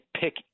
pick